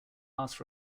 last